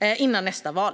före nästa val.